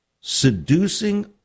seducing